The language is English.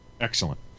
Excellent